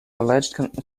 alleged